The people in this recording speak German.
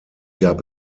gab